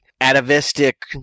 atavistic